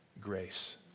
grace